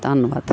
ਧੰਨਵਾਦ